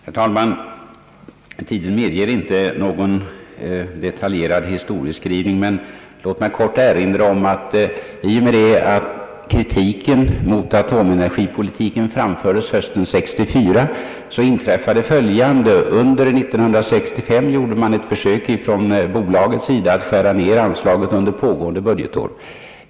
Herr talman! Tiden medger inte någon detaljerad historieskrivning, men låt mig kort erinra om att i och med att kritiken mot atomenergipolitiken framfördes hösten 1964 inträffade föl jande: Under 1965 gjorde man ett försök från bolagets sida att skära ner anslaget under pågående budgetår.